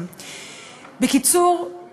בקיצור,